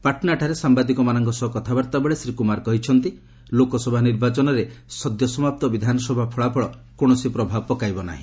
ପାଟଣାଠାରେ ସାମ୍ବାଦିକମାନଙ୍କ ସହ କଥାବାର୍ତ୍ତା ବେଳେ ଶ୍ରୀ କୁମାର କହିଛନ୍ତି ଲୋକସଭା ନିର୍ବାଚନରେ ସଦ୍ୟସମାପ୍ତ ବିଧାନସଭା ଫଳାଫଳ କୌଣସି ପ୍ରଭାବ ପକାଇବ ନାହିଁ